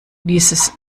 dieses